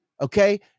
Okay